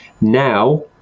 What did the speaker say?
Now